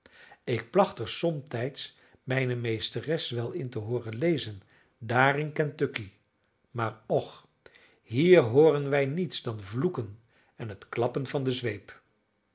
ik placht er somtijds mijne meesteres wel in te hooren lezen daar in kentucky maar och hier hooren wij niets dan vloeken en het klappen van de zweep